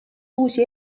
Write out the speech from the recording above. uusi